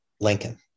Lincoln